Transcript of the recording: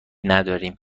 نداریم